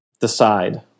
decide